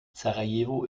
sarajevo